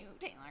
Taylor